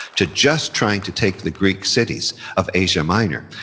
to just trying to take the greek cities of asia minor,